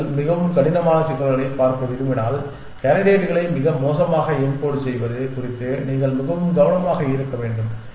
நீங்கள் மிகவும் கடினமான சிக்கல்களைப் பார்க்க விரும்பினால் கேண்டிடேட்களை மிக மோசமாக யென்கோட் செய்வது குறித்து நீங்கள் மிகவும் கவனமாக இருக்க வேண்டும்